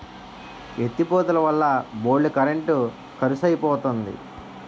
ఎత్తి పోతలవల్ల బోల్డు కరెంట్ కరుసైపోతంది